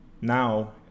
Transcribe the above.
now